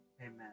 Amen